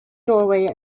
doorway